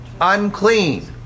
unclean